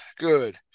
Good